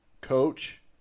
coach